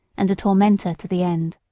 and a tormentor to the end.